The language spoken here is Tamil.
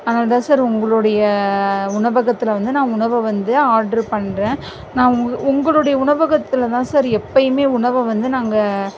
அதனால் தான் சார் உங்களுடைய உணவகத்தில் வந்து நான் உணவை வந்து ஆட்ரு பண்ணுறேன் நான் உங்க உங்களுடைய உணவகத்தில் தான் சார் எப்போயுமே உணவை வந்து நாங்கள்